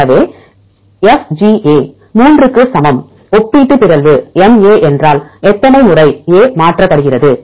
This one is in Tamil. எனவே எஃப்ஜிஏ 3 க்கு சமம் ஒப்பீட்டு பிறழ்வு எம்ஏ என்றால் எத்தனை முறை ஏமாற்றப்படுகிறது